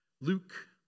Luke